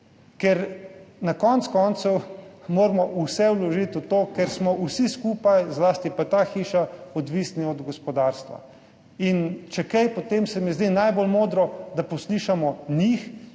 Ker na koncu koncev moramo vse vložiti v to, ker smo vsi skupaj, zlasti pa ta hiša, odvisni od gospodarstva. In če kaj, potem se mi zdi najbolj modro, da poslušamo njih,